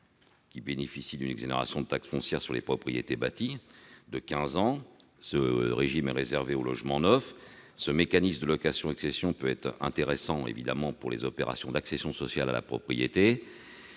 bénéficient d'une exonération de taxe foncière sur les propriétés bâties de quinze ans. Ce régime est réservé aux logements neufs. Or le mécanisme de location-accession peut également être intéressant pour les opérations d'accession sociale à la propriété